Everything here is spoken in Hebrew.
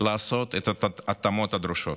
לעשות את ההתאמות הדרושות.